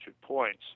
points